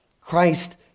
Christ